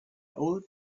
old